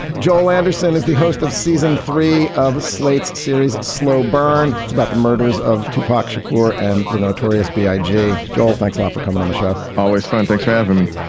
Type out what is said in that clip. joel anderson as the host of season three of slate's series slow burn. it's about the murders of tupac shakur and the notorious p i. j. joel thanks a lot for coming on the show always fun. thanks for having me